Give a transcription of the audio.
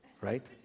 right